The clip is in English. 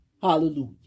Hallelujah